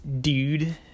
dude